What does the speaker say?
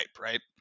right